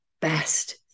best